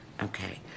Okay